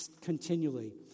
continually